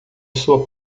sua